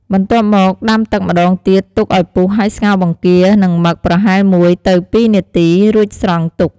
បន្ទាប់មកដាំទឹកម្ដងទៀត ទុកឱ្យពុះហើយស្ងោរបង្គា និងមឹក ប្រហែល ១ ទៅ ២នាទី រួចស្រង់ទុក។